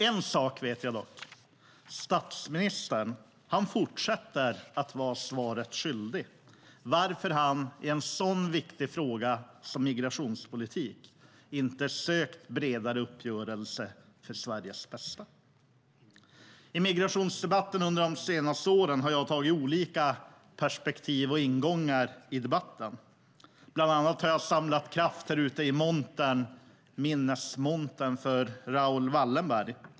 En sak vet jag dock, nämligen att statsministern fortsätter att vara svaret skyldig till varför han i en så viktig fråga som migrationspolitiken inte har sökt bredare uppgörelser för Sveriges bästa. I migrationsdebatterna under de senaste åren har jag tagit olika ingångar och utgått från olika perspektiv i debatten. Bland annat har jag samlat kraft härute i minnesmontern för Raoul Wallenberg.